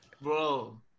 bro